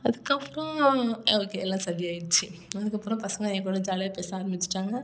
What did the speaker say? அதுக்கப்புறம் ஓகே எல்லாம் சரியாயிடுச்சு அதுக்கப்புறம் பசங்கள் என் கூட ஜாலியாக பேச ஆரம்மிச்சிட்டாங்க